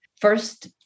first